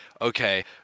okay